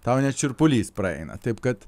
tau net šiurpulys praeina taip kad